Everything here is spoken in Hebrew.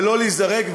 ולא להיזרק,